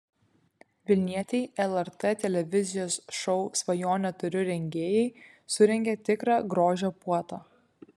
vilnietei lrt televizijos šou svajonę turiu rengėjai surengė tikrą grožio puotą